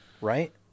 Right